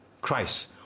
Christ